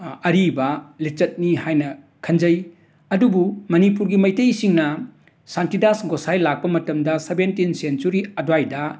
ꯑꯔꯤꯕ ꯂꯤꯆꯠꯅꯤ ꯍꯥꯏꯅ ꯈꯟꯖꯩ ꯑꯗꯨꯕꯨ ꯃꯅꯤꯄꯨꯔꯒꯤ ꯃꯩꯇꯩꯁꯤꯡꯅ ꯁꯥꯟꯇꯤꯗꯥꯁ ꯒꯣꯁꯥꯏ ꯂꯥꯛꯄ ꯃꯇꯝꯗ ꯁꯕꯦꯟꯇꯤꯟ ꯁꯦꯟꯆꯨꯔꯤ ꯑꯗꯨꯋꯥꯏꯗ